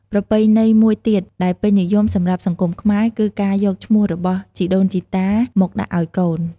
ប្រពៃណីមួយទៀតដែលពេញនិយមសម្រាប់សង្គមខ្មែរ គឺការយកឈ្មោះរបស់ជីដូនជីតាមកដាក់ឲ្យកូន។